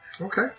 Okay